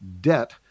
debt